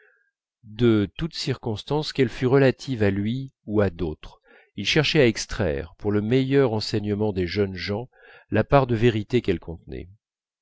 de toute circonstance qu'elle fût relative à lui ou à d'autres il cherchait à extraire pour le meilleur enseignement des jeunes gens la part de vérité qu'elle contenait